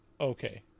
okay